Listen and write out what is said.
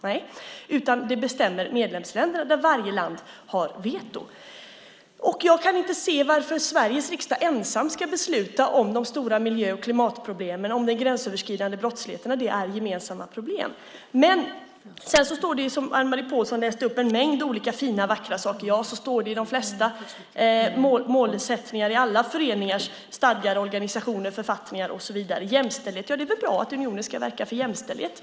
Varje land kan lägga in sitt veto. Jag kan inte se varför Sveriges riksdag ensam ska besluta om de stora miljö och klimatproblemen, om det är gränsöverskridande brottslighet. Det är gemensamma problem. Det står sedan en mängd olika fina, vackra saker, som Anne-Marie Pålsson läste upp. Ja, så står det i de flesta målsättningar i alla föreningars och organisationers stadgar, författningar och så vidare. Jämställdhet - det är väl bra att unionen ska verka för jämställdhet.